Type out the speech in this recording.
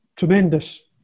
Tremendous